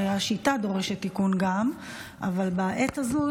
גם השיטה דורשת תיקון, אבל בעת הזו